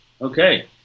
Okay